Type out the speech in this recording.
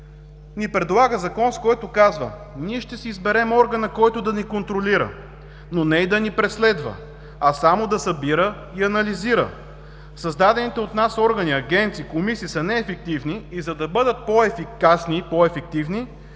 ни предлага Закон, с който казва „Ние ще си изберем органа, който да ни контролира, но не и да ни преследва, а само да събира и анализира. Създадените от нас органи – агенции, комисии – са неефективни и, за да бъдат по-ефикасни